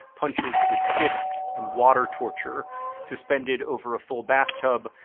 punches with fists, and water torture suspended over a full bathtub,